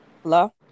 Hello